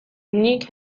nik